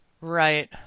Right